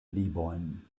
librojn